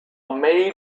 maid